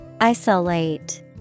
Isolate